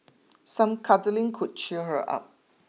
some cuddling could cheer her up